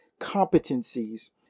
competencies